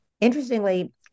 Interestingly